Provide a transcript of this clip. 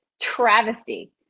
travesty